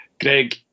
Greg